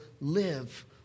live